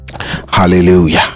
hallelujah